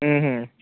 ಹ್ಞೂ ಹ್ಞೂ